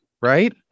right